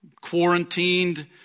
quarantined